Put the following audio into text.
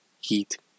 Heat